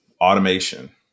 automation